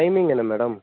timing என்ன madam